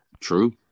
True